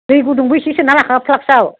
दै गुदुंबो एसे सोना लाखा फ्लाक्सआव